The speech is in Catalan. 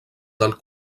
del